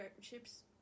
ships